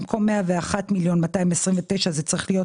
במקום 101,229,000 זה צריך להיות